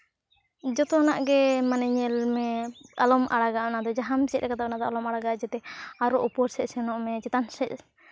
ᱡᱚᱛᱚᱱᱟᱜ ᱜᱮ ᱢᱟᱱᱮ ᱧᱮᱞ ᱢᱮ ᱟᱞᱚᱢ ᱟᱲᱟᱜᱟ ᱚᱱᱟᱫᱚ ᱡᱟᱦᱟᱸᱢ ᱪᱮᱫ ᱠᱟᱫᱟ ᱚᱱᱟᱫᱚ ᱟᱞᱚᱢ ᱟᱲᱟᱜᱟ ᱡᱟᱛᱮ ᱟᱨᱚ ᱩᱯᱚᱨ ᱥᱮᱫ ᱥᱮᱱᱚᱜ ᱢᱮ ᱪᱮᱛᱟᱱ ᱥᱮᱫ